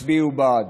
תצביעו בעד.